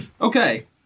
Okay